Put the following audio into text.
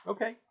Okay